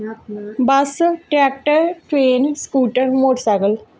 bus tractor train scooter motorcycle